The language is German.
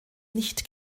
nicht